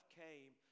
came